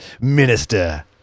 minister